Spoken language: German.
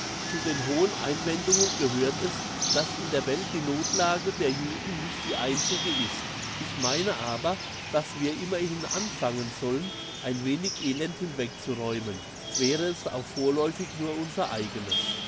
zu den hohen einwendungen gehört es dass in der welt die nothlage der juden nicht die einzige ist ich meine aber dass wir immerhin anfangen sollen ein wenig elend hinwegzuräumen wäre es auch vorläufig nur unser eigenes